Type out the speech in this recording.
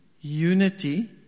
unity